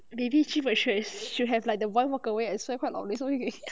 they need three version should have like the boy walk away and swear quite loudly so they can hear